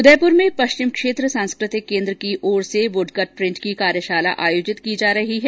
उदयपुर में पश्चिम क्षेत्र सांस्कृतिक केंद्र की ओर से वुडकट प्रिंट की कार्यशाला आयोजित की जा रही है